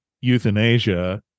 euthanasia